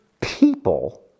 people